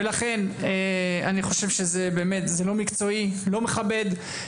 ולכן אני חושב שזה לא מקצועי, לא מכבד.